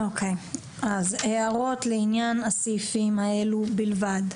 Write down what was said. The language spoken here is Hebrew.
הערות לעניין הסעיפים האלו בלבד?